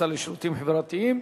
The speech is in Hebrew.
השר לשירותים חברתיים.